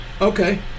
Okay